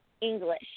English